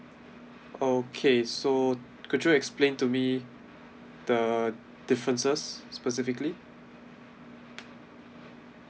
oh okay so could you explain to me the differences specifically